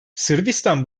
sırbistan